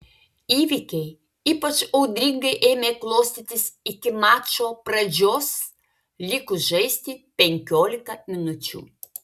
įvykiai ypač audringai ėmė klostytis iki mačo pradžios likus žaisti penkiolika minučių